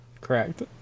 Correct